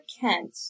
Kent